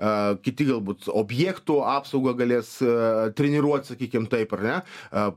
a kiti galbūt objektų apsaugą galės a treniruot sakykim taip ar ne a